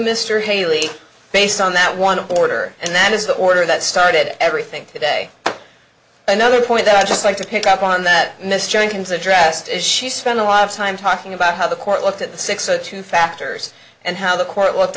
mr haley based on that one order and that was the order that started everything today another point that i'd just like to pick up on that mr jenkins addressed as she spent a lot of time talking about how the court looked at the six the two factors and how the court looked